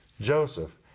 Joseph